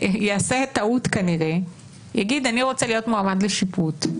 יעשה טעות כנראה ויגיד אני רוצה להיות מועמד לשיפוט.